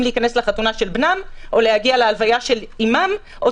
להיכנס לחתונה של בנם או להגיע להלוויה של אימם או